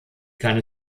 kann